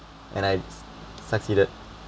and I succeeded